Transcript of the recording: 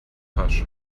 pasch